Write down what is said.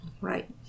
Right